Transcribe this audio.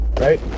right